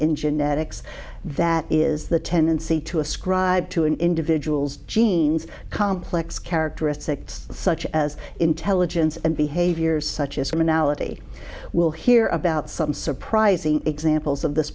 in genetics that is the tendency to ascribe to an individual's genes complex characteristics such as intelligence and behaviors such as from anality we'll hear about some surprising examples this